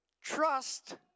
Trust